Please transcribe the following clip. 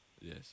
Yes